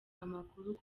amakuru